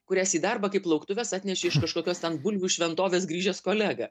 kurias į darbą kaip lauktuves atnešė iš kažkokios ten bulvių šventovės grįžęs kolega